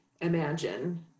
imagine